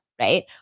right